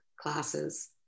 classes